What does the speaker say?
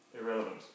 irrelevant